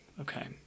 Okay